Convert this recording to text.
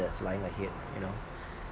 that's lying ahead you know